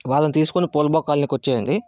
వాళ్ళని తీసుకొని పోల్బాగ్ కాలనీ కి వచ్చేయండి